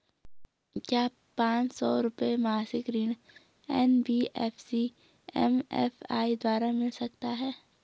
क्या पांच सौ रुपए मासिक ऋण एन.बी.एफ.सी एम.एफ.आई द्वारा मिल सकता है?